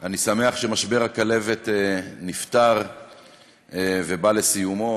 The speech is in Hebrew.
אני שמח שמשבר הכלבת נפתר ובא לסיומו,